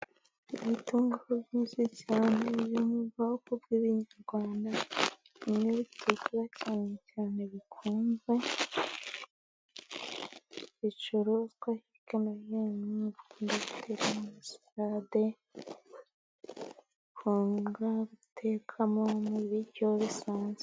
Ibitunguru byinshi cyane biri mu bwoko bw'ibinyarwanda, bimwe bitukura cyane cyane bikunzwe, bicuruzwa hirya no hino bikorwamo sarade, bakunda gutekamo n'ibiryo bisanzwe.